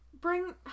Bring